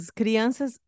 crianças